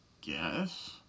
guess